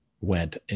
went